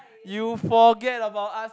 you forget about us